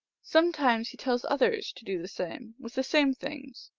sometimes he tells others to do the same with the same things,